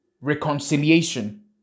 reconciliation